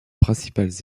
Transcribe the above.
principales